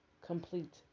complete